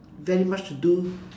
very much to do